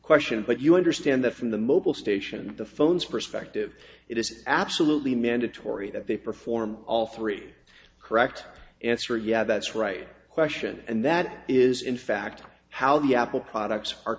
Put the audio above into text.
question but you understand that from the mobile station the phones perspective it is absolutely mandatory that they perform all three correct answer yeah that's right question and that is in fact how the apple products are